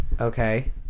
Okay